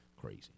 Crazy